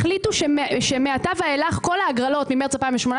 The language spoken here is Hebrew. החליטו שמעתה ואילך כל ההגרלות ממרץ 2018